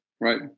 right